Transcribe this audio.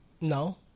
No